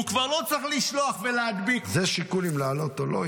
הוא כבר לא צריך לשלוח ולהדביק --- זה שיקול אם להעלות או לא?